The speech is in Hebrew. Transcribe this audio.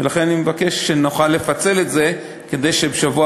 ולכן אני מבקש שנוכל לפצל את זה כדי שבשבוע